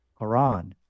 Quran